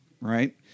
Right